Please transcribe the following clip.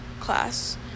class